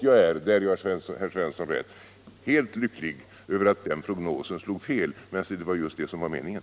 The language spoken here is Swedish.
Jag är helt lycklig över, där har herr Svensson rätt, att den prognosen slog fel -- men det var det som var meningen.